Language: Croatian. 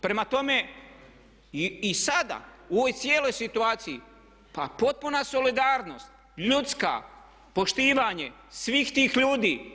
Prema tome, i sada u cijeloj ovoj situaciji pa potpuna solidarnost ljudska, poštivanje svih tih ljudi.